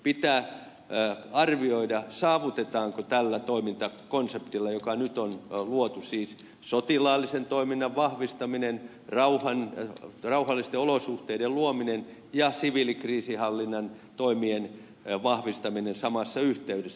pitää arvioida saavutetaanko se tällä toimintakonseptilla joka nyt on luotu siis sotilaallisen toiminnan vahvistaminen rauhallisten olosuhteiden luominen ja siviilikriisinhallinnan toimien vahvistaminen samassa yhteydessä